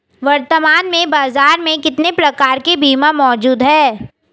वर्तमान में बाज़ार में कितने प्रकार के बीमा मौजूद हैं?